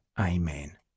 Amen